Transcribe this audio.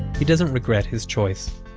he doesn't regret his choice.